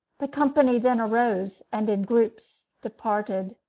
the company then arose, and in groups departed.